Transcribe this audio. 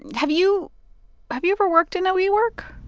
have you have you ever worked in a wework?